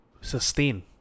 sustain